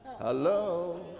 Hello